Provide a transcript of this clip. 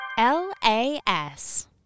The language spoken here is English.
L-A-S